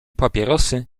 papierosy